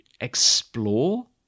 explore